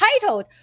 titled